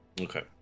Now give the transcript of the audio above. okay